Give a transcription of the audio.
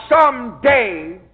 someday